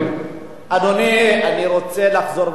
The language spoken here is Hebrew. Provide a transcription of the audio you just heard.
אדוני, אני רוצה לחזור ולהגיד,